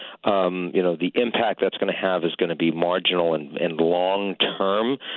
um you know, the impact that's going to have is going to be marginal and and long term.